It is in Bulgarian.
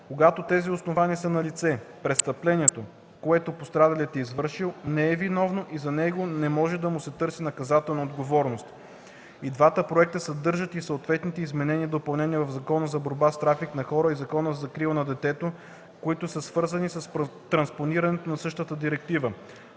Когато тези основания са налице, за престъплението, което пострадалият е извършил, не е виновен и за него не може да му се търси наказателна отговорност. И двата проекта съдържат и съответните изменения и допълнения в Закона за борба с трафика на хора и Закона за закрила на детето, които са свързани с транспонирането на същата Директива.